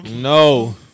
No